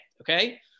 Okay